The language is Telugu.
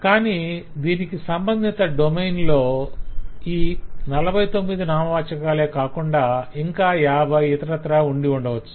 కాని దీనికి సంబంధిత డొమైన్లో ఈ 49 నామవాచాకాలే కాకుండా ఇంకా 50 ఇతరత్రా ఉండి ఉండవచ్చు